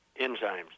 enzymes